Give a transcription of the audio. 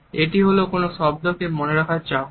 এটি হলো কোন শব্দকে মনে করার চাহনি